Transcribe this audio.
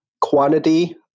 quantity